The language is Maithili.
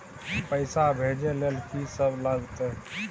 पैसा भेजै ल की सब लगतै?